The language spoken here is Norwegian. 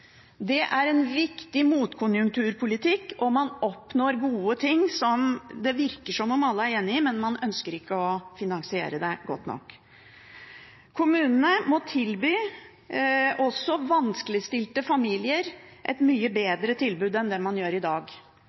Det er en viktig motkonjunkturpolitikk, og man oppnår gode ting, som det virker som om alle er enig i, men som man ikke ønsker å finansiere godt nok. Kommunene må tilby også vanskeligstilte familier et mye bedre tilbud enn det man gjør i dag.